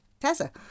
Tessa